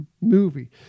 movie